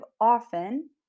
often